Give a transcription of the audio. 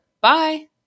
Bye